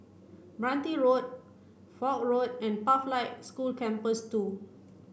Meranti Road Foch Road and Pathlight School Campus two